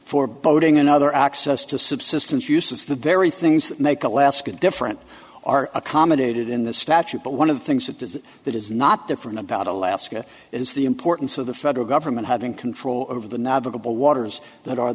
foreboding another access to subsistence uses the very things that make alaska different are accommodated in the statute but one of the things it does that is not different about alaska is the importance of the federal government having control over the navigable waters that are